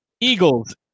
Eagles